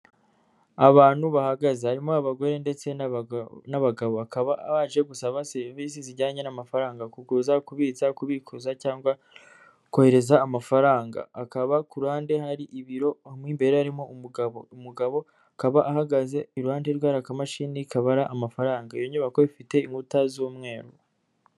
Abantu bahagaze. Harimo abagore ndetse n'abagabo. Bakaba baje gusaba serivisi zijyanye n'amafaranga kuguza, kubitsa, kubikuza cyangwa kohereza amafaranga. Akaba ku ruhande hari ibiro mo imbere harimo umugabo. Umugabo akaba ahagaze iruhande rwe hari akamashini kabara amafaranga. Iyo nyubako ifite inkuta z'umweru.